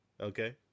Okay